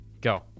Go